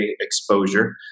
exposure